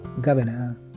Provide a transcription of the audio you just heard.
governor